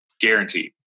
guaranteed